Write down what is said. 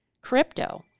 crypto